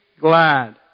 glad